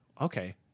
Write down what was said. Okay